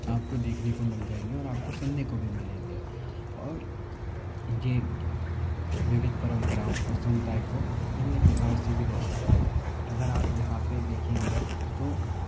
आप को देखने को मिल जाएंगे और आप को सुनने को भी मिलेंगे और जेट विविध परंपराओं और समुदाय को निम्न प्रकार से भी दर्शाते हैं अगर आप यहाँ पर देखेंगे तो